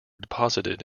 deposited